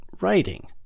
writing